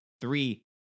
Three